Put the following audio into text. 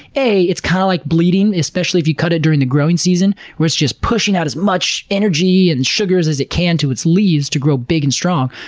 it's kind of like bleeding, especially if you cut it during the growing season, where it's just pushing out as much energy and sugars as it can to its leaves to grow big and strong.